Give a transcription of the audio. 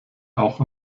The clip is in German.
auch